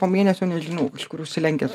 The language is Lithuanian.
po mėnesio nežinau kažkur užsilenkęs